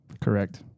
Correct